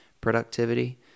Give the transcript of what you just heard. productivity